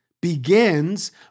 begins